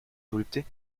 volupté